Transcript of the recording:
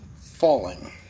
falling